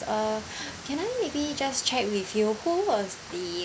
uh can I maybe just check with you who was the